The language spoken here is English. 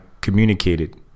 communicated